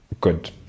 good